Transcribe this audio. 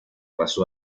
pasó